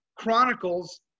chronicles